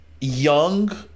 young